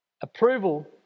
Approval